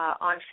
on